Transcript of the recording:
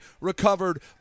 recovered